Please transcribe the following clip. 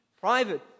private